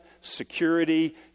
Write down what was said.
security